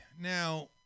now